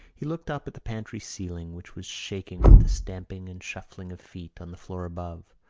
he looked up at the pantry ceiling, which was shaking with the stamping and shuffling of feet on the floor above,